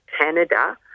Canada